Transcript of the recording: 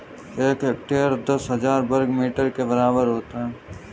एक हेक्टेयर दस हजार वर्ग मीटर के बराबर होता है